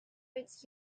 its